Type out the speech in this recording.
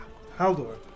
Haldor